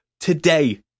Today